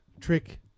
trick